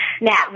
Now